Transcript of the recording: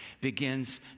begins